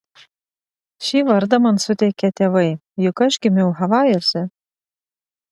šį vardą man suteikė tėvai juk aš gimiau havajuose